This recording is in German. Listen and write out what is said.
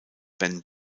ben